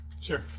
Sure